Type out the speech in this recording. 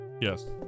Yes